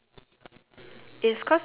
ya ya ya the dark spots hor